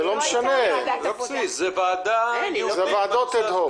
זה לא משנה, אלו ועדות אד-הוק.